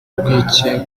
urwikekwe